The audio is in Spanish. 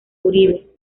uribe